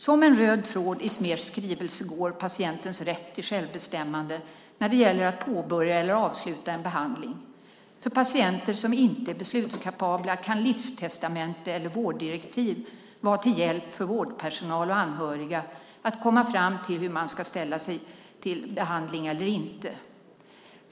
Som en röd tråd i Smers skrivelse går patientens rätt till självbestämmande när det gäller att påbörja eller avsluta en behandling. För patienter som inte är beslutskapabla kan livstestamente eller vårddirektiv vara till hjälp för vårdpersonal och anhöriga att komma fram till hur man ska ställa sig till behandling eller inte.